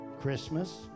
Christmas